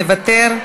מוותר,